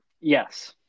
Yes